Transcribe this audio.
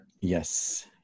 Yes